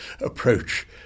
approach